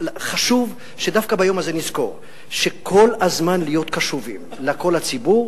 חשוב שדווקא ביום הזה נזכור כל הזמן להיות קשובים לקול הציבור,